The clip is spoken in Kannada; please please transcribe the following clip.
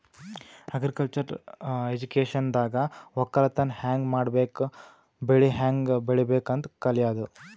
ಅಗ್ರಿಕಲ್ಚರ್ ಎಜುಕೇಶನ್ದಾಗ್ ವಕ್ಕಲತನ್ ಹ್ಯಾಂಗ್ ಮಾಡ್ಬೇಕ್ ಬೆಳಿ ಹ್ಯಾಂಗ್ ಬೆಳಿಬೇಕ್ ಅಂತ್ ಕಲ್ಯಾದು